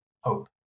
hope